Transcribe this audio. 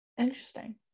interesting